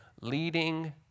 leading